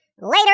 Later